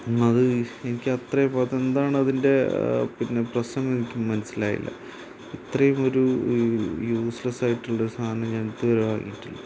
ഇന്നത് എനിക്കത്രേ ഇപ്പതെന്താണതിൻ്റെ പിന്നെ പ്രശ്നമെന്നെനിക്ക് മനസ്സിലായില്ല ഇത്രയും ഒരു യൂസ്ലെസ്സായിട്ടുള്ള സാധനം ഞാൻ ഇതുവരെ വാങ്ങിയിട്ടില്ല